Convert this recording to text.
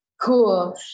Cool